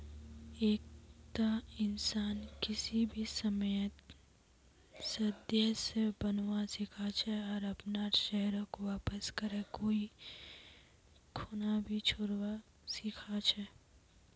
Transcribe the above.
एकता इंसान किसी भी समयेत सदस्य बनवा सीखा छे आर अपनार शेयरक वापस करे कोई खूना भी छोरवा सीखा छै